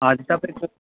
हजुर तपाईँको